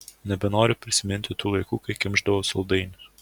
nebenoriu prisiminti tų laikų kai kimšdavau saldainius